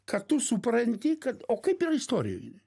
kartu supranti kad o kaip yra istorijoj